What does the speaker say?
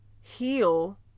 heal